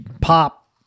pop